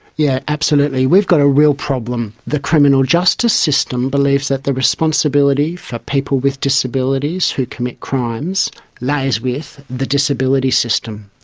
yeah absolutely. we've got a real problem. the criminal justice system believes that the responsibility for people with disabilities who commit crimes lays with the disability system.